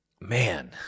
Man